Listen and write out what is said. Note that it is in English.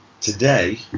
today